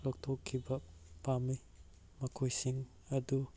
ꯂꯧꯊꯣꯛꯈꯤꯕ ꯄꯥꯝꯃꯤ ꯃꯈꯣꯏꯁꯤꯡ ꯑꯗꯨ